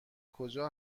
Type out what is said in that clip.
کجا